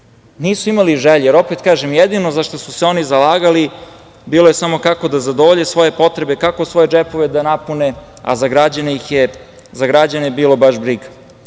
nisu imali želje, jer opet kažem, jedino za šta su se oni zalagali bilo je kako samo da zadovolje svoje potrebe, kako svoje džepove da napune, a za građane ih je bilo baš